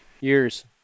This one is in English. Years